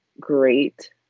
great